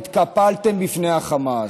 התקפלתם בפני החמאס.